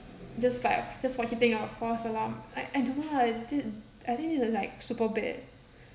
just like just for hitting a false alarm I I don't know lah it thi~ I think this is like super bad